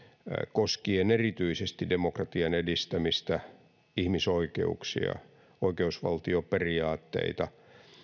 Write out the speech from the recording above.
koskien erityisesti demokratian edistämistä ihmisoikeuksia oikeusvaltioperiaatteita